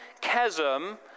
chasm